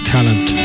Talent